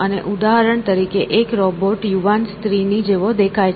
અને ઉદાહરણ તરીકે એક રોબોટ યુવાન સ્ત્રીની જેવો દેખાય છે